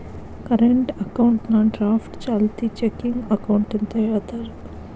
current ಅಕೌಂಟ್ನಾ draft ಚಾಲ್ತಿ checking account ಅಂತ ಹೇಳ್ತಾರ